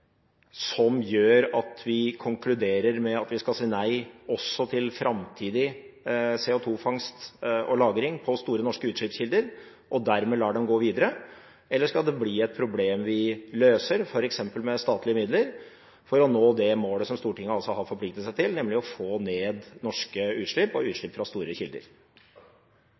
som gjør at vi konkluderer med at vi skal si nei også til framtidig CO2-fangst og -lagring på store norske utslippskilder, og dermed lar dem gå videre, eller skal det bli et problem vi løser, f.eks. med statlige midler for å nå det målet Stortinget har forpliktet seg til, nemlig å få ned norske utslipp og utslipp fra store kilder?